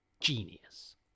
genius